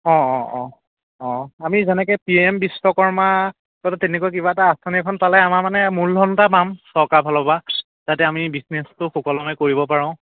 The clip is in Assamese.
অঁ অঁ অঁ অঁ আমি যেনেকৈ পি এম বিশ্বকৰ্মাজাতীয় তেনেকুৱা কিবা এটা আঁচনি এখন পালে আমাৰ মানে মূলধন এটা পাম চৰকাৰ ফালৰপৰা যাতে আমি বিজনেচটো সুকলমে কৰিব পাৰোঁ